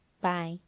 Bye